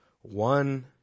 One